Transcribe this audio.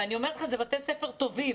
ואני אומרת לך, זה בתי ספר טובים